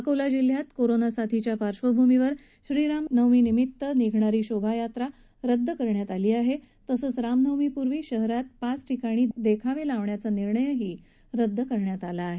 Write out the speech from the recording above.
अकोला जिल्ह्यात कोरोना साथीच्या पार्श्वभूमीवर श्रीराम नवमी निमित्त निघणारी शोभा यात्रा रद्द केली आहे तसंच रामनवमीच्या पूर्वी शहरात पाच ठिकाणी देखावे सुद्धा लावण्याचा निर्णय रद्द करण्यात आला आहे